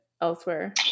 elsewhere